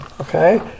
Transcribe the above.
Okay